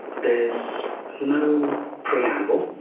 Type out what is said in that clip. there's no preamble,